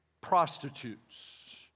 prostitutes